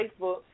Facebook